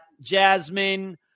Jasmine